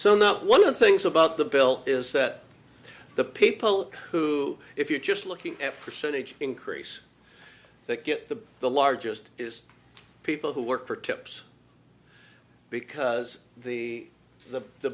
so not one of the things about the bill is that the people who if you're just looking at percentage increase that get the the largest is people who work for tips because the the the